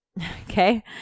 okay